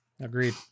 Agreed